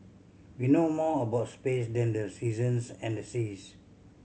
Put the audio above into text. we know more about space than the seasons and the seas